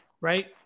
right